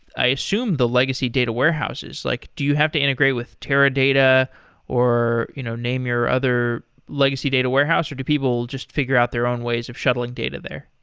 i assume, the legacy data warehouses. like do you have to integrate with teradata or your you know name your other legacy data warehouse, or do people just figure out their own ways of shuttling data there?